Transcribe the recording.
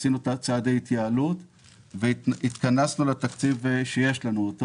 עשינו צעדי התייעלות והתכנסנו לתקציב שיש לנו,